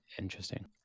Interesting